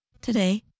Today